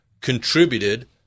contributed